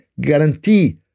guarantee